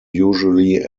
usually